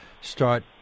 start